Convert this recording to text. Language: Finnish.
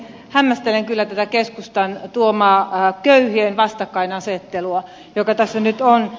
hämmästelen kyllä tätä keskustan tuomaa köyhien vastakkainasettelua joka tässä nyt on